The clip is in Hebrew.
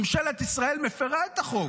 ממשלת ישראל מפירה את החוק,